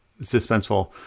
suspenseful